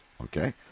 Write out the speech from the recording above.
Okay